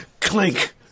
Clink